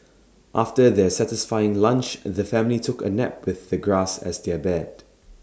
after their satisfying lunch the family took A nap with the grass as their bed